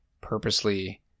purposely